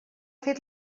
fet